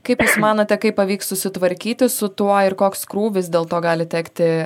kaip jūs manote kaip pavyks susitvarkyti su tuo ir koks krūvis dėl to gali tekti